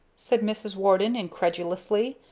said mrs. warden, incredulously.